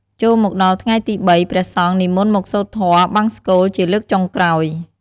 ចូលមកដល់ថ្ងៃទី៣ ព្រះសង្ឃនិមន្តមកសូត្រធម៌បង្សុកូលជាលើកចុងក្រោយ។